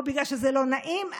או בגלל שזה לא נעים?